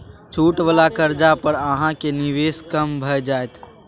छूट वला कर्जा पर अहाँक निवेश कम भए जाएत